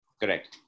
Correct